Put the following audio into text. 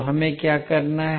तो हमें क्या करना है